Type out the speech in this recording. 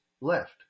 left